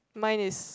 mine is